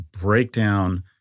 breakdown